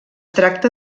tracta